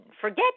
Forget